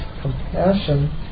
compassion